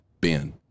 Ben